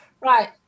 right